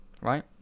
Right